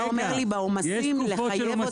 אתה אומר לי שבעומסים תחייב אותי --- יש